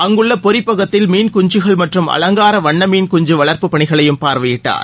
அங்குள்ள பொரிப்பகத்தில் மீன் குஞ்சுகள் மற்றம் அலங்கார வண்ண மீன்குஞ்சு வளர்ப்பு பணிகளையும் பார்வையிட்டார்